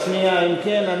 אם כן,